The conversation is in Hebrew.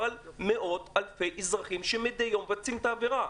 על מאות אלפי אזרחים שמדי יום מבצעים את העבירה.